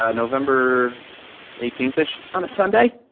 ah november eighteenth ish. on a sunday?